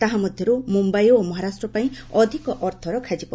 ତାହା ମଧ୍ୟରୁ ମୁମ୍ୟାଇ ଓ ମହାରାଷ୍ଟ୍ର ପାଇଁ ଅଧିକ ଅର୍ଥ ରଖାଯିବ